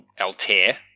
Altair